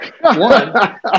One